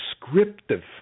descriptive